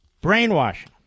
brainwashing